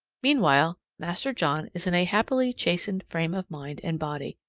meanwhile master john is in a happily chastened frame of mind and body.